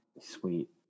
Sweet